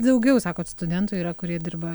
daugiau sakot studentų yra kurie dirba